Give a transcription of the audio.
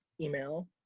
Email